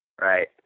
right